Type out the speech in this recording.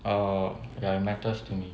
err ya it matters to me